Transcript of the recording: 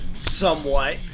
somewhat